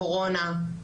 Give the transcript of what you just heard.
קורונה,